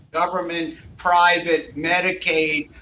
government, private, medicaid,